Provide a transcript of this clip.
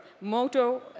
Moto